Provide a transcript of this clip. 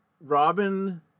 Robin